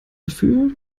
dafür